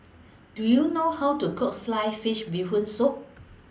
Do YOU know How to Cook Sliced Fish Bee Hoon Soup